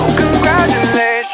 congratulations